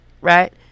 Right